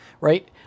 right